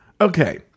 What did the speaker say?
Okay